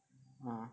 !huh!